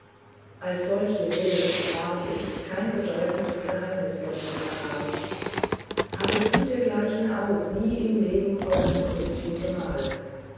als solche will ich und darf ich kein bedeutendes geheimnis vor dem manne haben habe du dergleichen auch nie im leben vor deinem künftigen gemahl